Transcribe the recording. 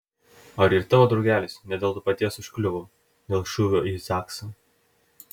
ar ir tavo draugelis ne dėl to paties užkliuvo dėl šūvio į zaksą